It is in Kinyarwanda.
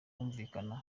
kumvikana